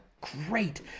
great